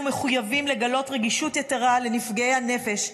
אנו מחויבים לגלות רגישות יתרה לנפגעי הנפש,